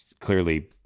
clearly